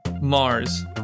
Mars